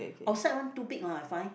outside one too big lah I find